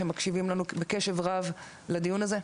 שמקשיבים לנו בקשב רב לדיון הזה?